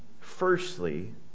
firstly